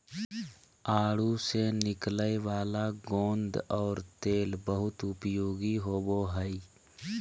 आडू से निकलय वाला गोंद और तेल बहुत उपयोगी होबो हइ